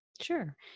Sure